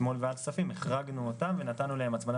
אתמול בוועדת הכספים החרגנו אותן ונתנו להן הצמדה